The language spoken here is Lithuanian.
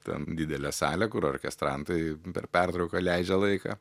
ten didelė salė kur orkestrantai per pertrauką leidžia laiką